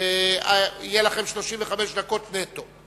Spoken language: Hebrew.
יהיו לכם 35 דקות נטו.